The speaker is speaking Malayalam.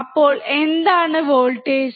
അപ്പോൾ എന്താണ് വോൾട്ടേജ്